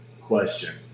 question